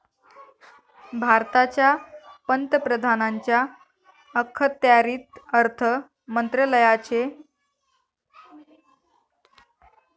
भारताच्या पंतप्रधानांच्या अखत्यारीत अर्थ मंत्रालयाचे कार्यक्षेत्र येते